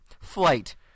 flight